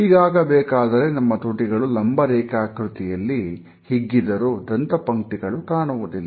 ಹೀಗಾಗಬೇಕಾದರೆ ನಮ್ಮ ತುಟಿಗಳು ಲಂಬ ರೇಖಾ ಆಕೃತಿಯಲ್ಲಿ ಹಿಗ್ಗಿದರು ದಂತಪಂಕ್ತಿಗಳು ಕಾಣುವುದಿಲ್ಲ